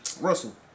Russell